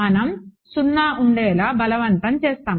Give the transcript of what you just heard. మనం 0 ఉండేలా బలవంతం చేస్తాము